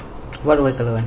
what white colour one